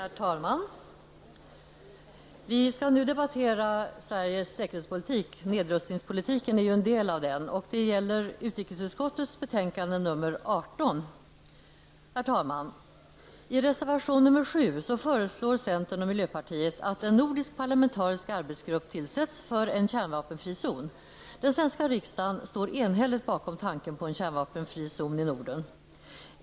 Herr talman! Vi skall nu debattera Sveriges säkerhetspolitik. Nedrustningspolitiken är ju en del av den. Det gäller utrikesutskottets betänkande nr 18. Herr talman! I reservation nr 7 föreslår centern och miljöpartiet att en nordisk parlamentarisk arbetsgrupp tillsätts för en kärnvapenfri zon. Den svenska riksdagen står enhälligt bakom tanken på en kärnvapenfri zon i Norden.